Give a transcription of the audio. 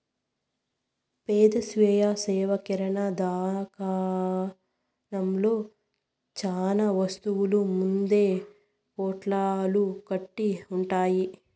పెద్ద స్వీయ సేవ కిరణా దుకాణంలో చానా వస్తువులు ముందే పొట్లాలు కట్టి ఉంటాయి